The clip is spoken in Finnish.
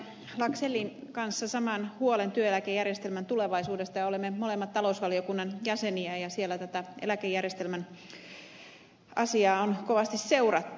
laxellin kanssa saman huolen työeläkejärjestelmän tulevaisuudesta olemme molemmat talousvaliokunnan jäseniä ja siellä tätä eläkejärjestelmän asiaa on kovasti seurattu